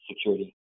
security